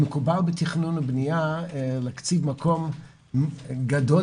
מקובל בתכנון ובנייה להקציב מקום גדול